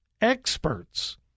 experts